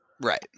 Right